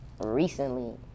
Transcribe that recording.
recently